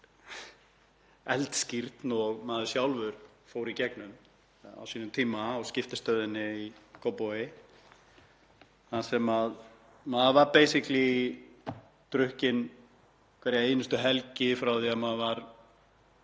eldskírn og maður sjálfur fór í gegnum á sínum tíma á skiptistöðinni í Kópavogi, þar sem maður var „beisiklí“ drukkinn hverja einustu helgi frá því að maður var